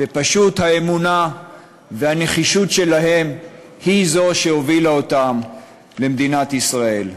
ופשוט האמונה והנחישות שלהם הן אלה שהובילו אותם למדינת ישראל.